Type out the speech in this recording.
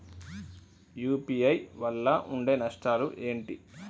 UPI వల్ల ఉండే నష్టాలు ఏంటి??